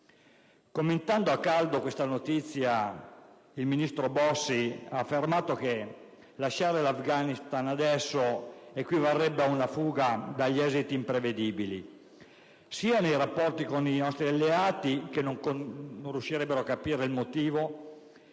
Commentando a caldo questa notizia, il ministro Bossi ha affermato che lasciare l'Afghanistan adesso equivarrebbe ad una fuga dagli esiti imprevedibili, sia nei rapporti con i nostri alleati, che non riuscirebbero a capirne il motivo,